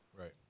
Right